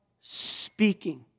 speaking